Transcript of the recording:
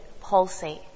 pulsate